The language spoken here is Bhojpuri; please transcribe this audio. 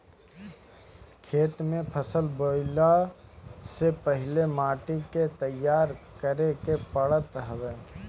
खेत में फसल बोअला से पहिले माटी के तईयार करे के पड़त हवे